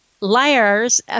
Layers